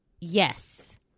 Yes